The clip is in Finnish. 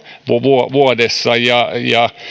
vuodessa ja ja